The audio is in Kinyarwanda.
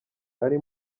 ari